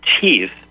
teeth